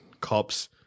cops